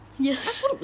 Yes